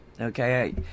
Okay